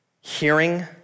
hearing